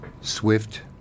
Swift